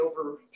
over